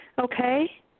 okay